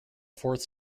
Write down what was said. fourth